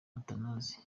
athanase